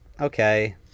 Okay